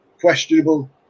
questionable